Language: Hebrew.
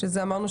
זה מה שאמרנו,